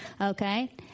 Okay